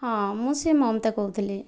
ହଁ ମୁଁ ସେହି ମମତା କହୁଥିଲି